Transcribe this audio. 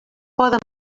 poden